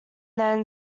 then